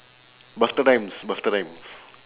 busta rhymes busta rhymes